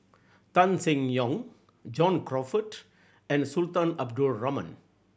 Tan Seng Yong John Crawfurd and Sultan Abdul Rahman